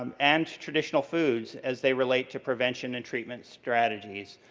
um and traditional foods as they relate to prevention and treatment strategies.